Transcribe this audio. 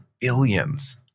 billions